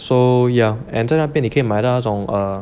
so yeah and 在那边你可以买到那种 err